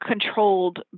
controlled